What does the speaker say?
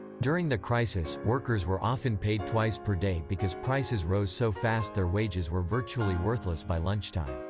during the crisis, workers were often paid twice per day because prices rose so fast their wages were virtually worthless by lunchtime.